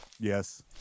yes